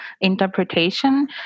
interpretation